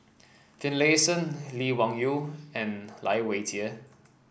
Finlayson Lee Wung Yew and Lai Weijie